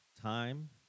time